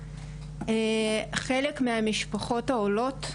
חלק מהמשפחות העולות,